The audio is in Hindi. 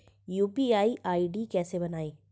यू.पी.आई आई.डी कैसे बनाएं?